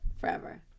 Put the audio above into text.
forever